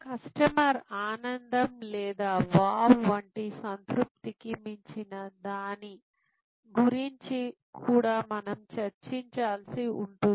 customer ఆనందం లేదా wow వంటి సంతృప్తికి మించిన దాని గురించి కూడా మనం చర్చించాల్సి ఉంటుంది